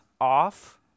off